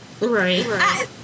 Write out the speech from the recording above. Right